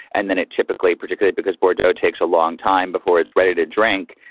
and then it typically, particularly because bordeaux takes a long time before it's ready to drink.